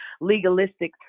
legalistic